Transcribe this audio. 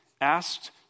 asked